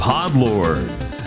Podlords